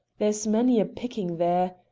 there's many a picking there.